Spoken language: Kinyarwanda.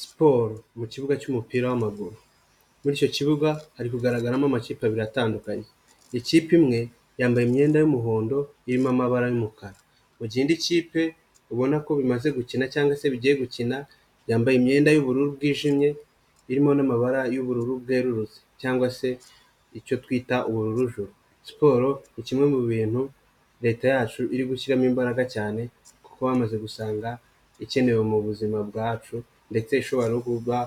Siporo mu kibuga cy'umupira w'amaguru, muri icyo kibuga ari kugaragaramo amakipe abiri atandukanye, ikipe imwe yambaye imyenda y'umuhondo irimo amabara y'umukara, mu gihe indi kipe ubona ko bimaze gukina cyangwag se bigiye gukina yambaye imyenda y'ubururu bwijimye irimo n'amabara y'ubururu bwerurutse cyangwa se icyo twita ubururujuru, siporro ni kimwe mu bintu leta yacu iri gushyiramo imbaraga cyane kuko bamaze gusanga ikenewe mu buzima bwacu ndetse ishobora kuba